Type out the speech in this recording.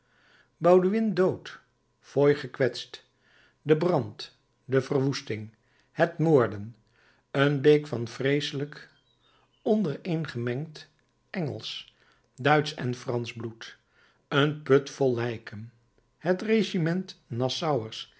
bauduin dood foy gekwetst de brand de verwoesting het moorden een beek van vreeslijk ondereengemengd engelsch duitsch en fransch bloed een put vol lijken het regiment nassauers